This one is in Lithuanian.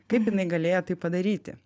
kaip jinai galėjo taip padaryti